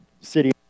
city